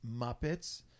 Muppets